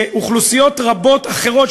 שאוכלוסיות רבות אחרות,